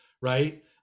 right